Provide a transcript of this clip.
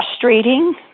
frustrating